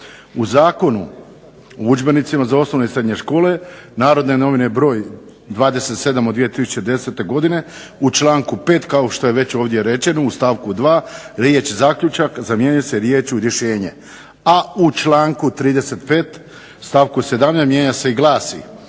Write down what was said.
U Zakonu o udžbenicima za osnovne i srednje škole "Narodne novine" broj 27. od 2010. godine u članku 5. kao što je već ovdje rečeno u stavku 2. riječ: "zaključak" zamjenjuje se riječju "rješenje" a u članku 35. stavku 17. mijenja se i glasi: